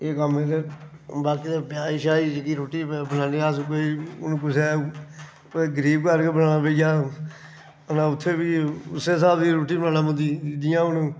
एह् कम्म ऐ ते बाकी ते ब्याहें श्याहें गी जेह्की रुट्टी बनान्ने आं अस हून कुसै कुसै गरीब घर बी बनाना पेई जा ते उत्थै बी उस्सै स्हाब दी रुट्टी बनाना पौंदी जि'यां हून